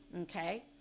okay